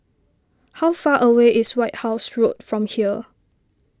how far away is White House Road from here